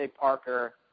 Parker